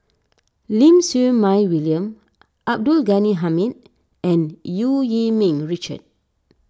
Lim Siew Mai William Abdul Ghani Hamid and Eu Yee Ming Richard